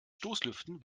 stoßlüften